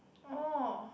oh